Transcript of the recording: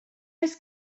oes